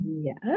Yes